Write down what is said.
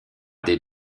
des